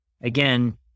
again